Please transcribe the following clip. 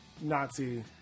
Nazi